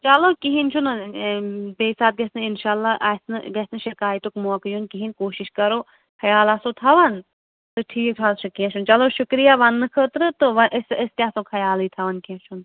چَلو کِہیٖنۍ چھُنہٕ بیٚیہِ ساتہٕ گژھہِ نہٕ اِنشاء اللہ آسہِ نہٕ گَژھہِ نہٕ شِکایتُک موقعہٕ یُن کِہیٖںۍ کوٗشِش کَرو خیال آسو تھاون تہٕ ٹھیٖک حظ چھُ کیٚنٛہہ چھُنہٕ چَلو شُکرِیہ وَننہٕ خٲطرٕ تہٕ وۄنۍ أسۍ أسۍ تہِ آسو خیالٕے تھاوان کیٚنٛہہ چھُنہٕ